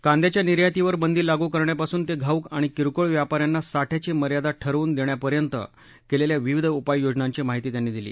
कांद्याच्या निर्यातीवर बंदी लागू करण्यापासून ते घाऊक आणि किरकोळ व्यापा यांना साठ्याची मर्यादा ठरवून देण्यापर्यंत केलेल्या विविध उपाययोजनांची माहिती त्यांनी दिली